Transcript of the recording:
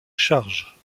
charge